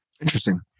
Interesting